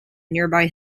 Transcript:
nearby